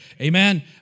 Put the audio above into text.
Amen